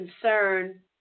concern